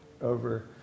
over